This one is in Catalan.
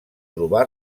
trobà